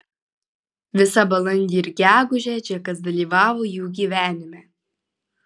visą balandį ir gegužę džekas dalyvavo jų gyvenime